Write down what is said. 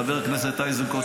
חבר הכנסת איזנקוט,